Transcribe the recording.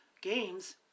games